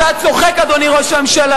אתה צוחק, אדוני ראש הממשלה,